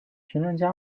评论家